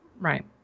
Right